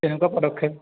তেনেকুৱা পদক্ষেপ